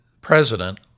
president